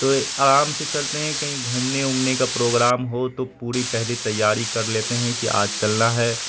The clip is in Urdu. تو آرام سے چلتے ہیں کہیں گھومنے وومنے کا پروگرام ہو تو پوری پہلے تیاری کر لیتے ہیں کہ آج چلنا ہے